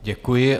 Děkuji.